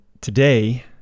today